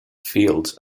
fields